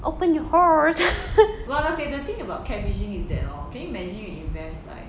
open your heart